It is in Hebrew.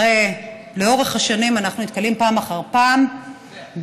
הרי לאורך השנים אנחנו נתקלים פעם אחר פעם בטענות,